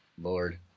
Lord